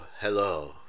hello